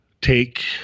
take